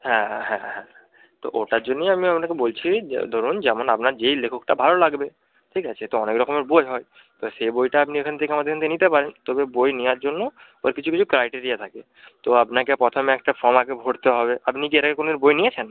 হ্যাঁ হ্যাঁ হ্যাঁ হ্যাঁ তো ওটার জন্যই আমি আপনাকে বলছি যে ধরুন যেমন আপনার যেই লেখকটা ভালো লাগবে ঠিক আছে তো অনেক রকমের বই হয় এবার সে বইটা আপনি এখান থেকে আমাদের এখান থেকে নিতে পারেন তবে বই নেওয়ার জন্য ওর কিছু কিছু ক্রাইটেরিয়া থাকে তো আপনাকে প্রথমে একটা ফর্ম আগে ভরতে হবে আপনি কি এর আগে কোনো দিন বই নিয়েছেন